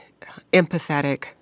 empathetic